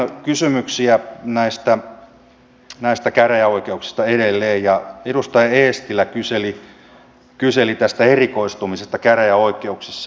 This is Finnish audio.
täällä tuli paljon kysymyksiä näistä käräjäoikeuksista edelleen ja edustaja eestilä kyseli tästä erikoistumisesta käräjäoikeuksissa